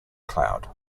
cloud